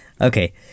okay